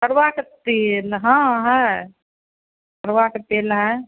कड़ुआ का तेन हाँ है कड़ुआ का तेल है